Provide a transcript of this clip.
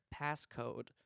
passcode